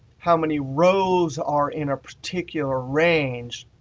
how many rows are in a particular range,